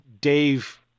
Dave